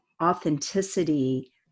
authenticity